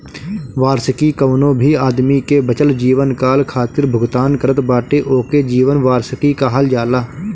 वार्षिकी कवनो भी आदमी के बचल जीवनकाल खातिर भुगतान करत बाटे ओके जीवन वार्षिकी कहल जाला